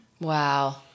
Wow